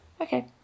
Okay